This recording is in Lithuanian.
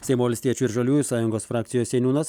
seimo valstiečių ir žaliųjų sąjungos frakcijos seniūnas